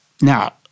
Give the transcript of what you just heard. now